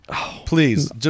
please